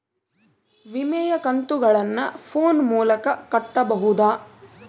ವಿಮೆಯ ಕಂತುಗಳನ್ನ ಫೋನ್ ಮೂಲಕ ಕಟ್ಟಬಹುದಾ?